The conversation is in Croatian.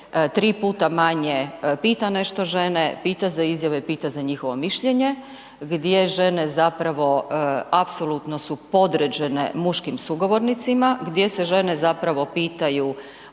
se 3x manje pita nešto žene, pita za izjave, pita za njihovo mišljenje, gdje žene zapravo apsolutno su podređene muškim sugovornicima, gdje se žene zapravo pitaju